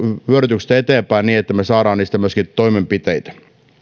vyörytyksestä eteenpäin niin että me saamme niistä myöskin toimenpiteitä